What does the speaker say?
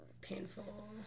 painful